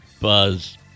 Buzz